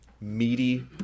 meaty